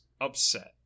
upset